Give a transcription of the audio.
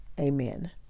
Amen